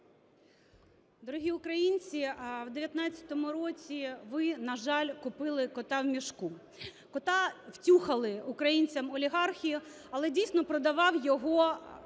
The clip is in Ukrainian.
Дорогі українці! В 2019 році ви, на жаль, купили кота в мішку. Кота втюхали українцям олігархи, але, дійсно, "продавав" його